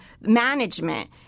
management